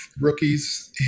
rookies